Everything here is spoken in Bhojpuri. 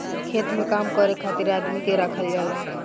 खेत में काम करे खातिर आदमी के राखल जाला